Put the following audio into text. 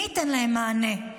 מי ייתן להם מענה?